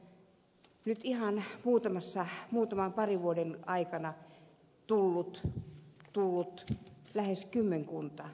niitä on nyt ihan muutaman parin vuoden aikana tullut lähes kymmenkunta